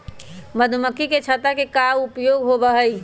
मधुमक्खी के छत्ता के का उपयोग होबा हई?